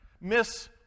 miss